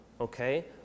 okay